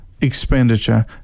expenditure